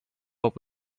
but